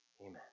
Amen